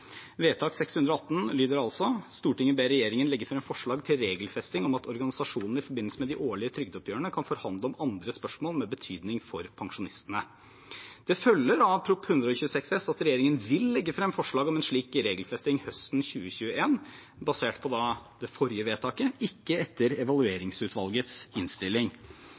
Vedtak 618 lyder altså: «Stortinget ber regjeringen legge frem forslag til regelfesting om at organisasjonene i forbindelse med de årlige trygdeoppgjørene, kan forhandle om andre spørsmål med betydning for pensjonistene.» Det følger av Prop. 126 S at regjeringen vil legge frem forslag om en slik regelfesting høsten 2021, basert på det forrige vedtaket, ikke etter evalueringsutvalgets innstilling.